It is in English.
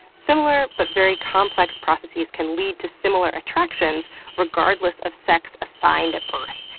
similar but very complex processes can lead to similar attractions regardless of sex assigned at birth.